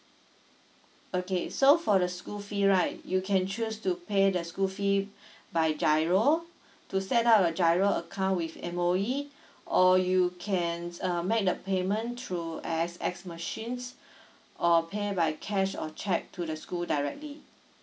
okay so for the school fee right you can choose to pay the school fee by giro to set up a giro account with M_O_E or you can make a payment through A_X_S machine or pay by cash or cheque to the school directly